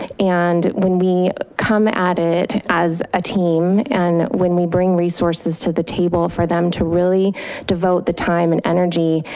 and when we come at it as a team, team, and when we bring resources to the table for them to really devote the time and energy,